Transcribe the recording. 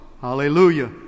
Hallelujah